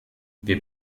wir